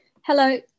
Hello